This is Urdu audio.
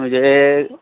مجھے